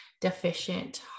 deficient